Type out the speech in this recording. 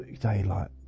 daylight